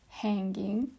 hanging